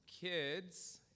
kids